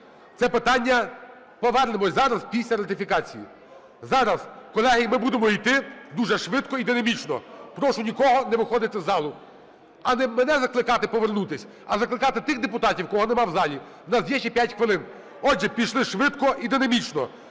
це питання… Повернемось зараз, після ратифікації. Зараз, колеги, ми будемо йти дуже швидко і динамічно. Прошу нікого не виходити з залу. Не мене закликати повернутись, а закликати тих депутатів, кого нема в залі. У нас є ще 5 хвилин. Отже, пішли швидко і динамічно.